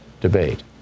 debate